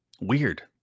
Weird